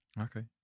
Okay